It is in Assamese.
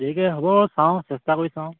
দেৰিকৈ হ'ব চাওঁ চেষ্টা কৰি চাওঁ